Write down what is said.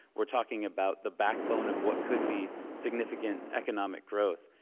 we're talking about the backbone of what could be significant economic growth,